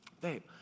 babe